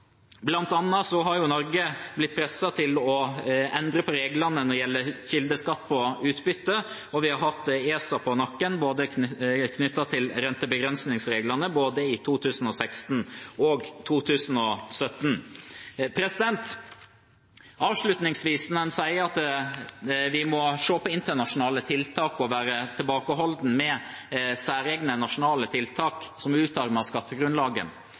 har bl.a. blitt presset til å endre reglene for kildeskatt på utbytte, og vi har hatt ESA på nakken knyttet til rentebegrensningsreglene i både 2016 og 2017. Avslutningsvis: Når en sier at vi må se på internasjonale tiltak og være tilbakeholdne med særegne nasjonale tiltak som utarmer skattegrunnlaget,